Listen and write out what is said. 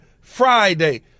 Friday